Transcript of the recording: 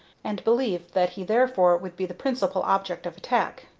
and believed that he, therefore, would be the principal object of attack.